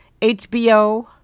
HBO